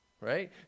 right